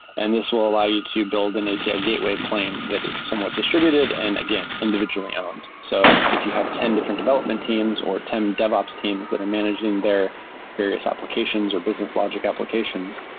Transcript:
and this will allow you to build an api gateway plane that is somewhat distributed and, again, individually owned. so if you have ten different development teams or ten devops teams that are managing their various applications or business logic applications,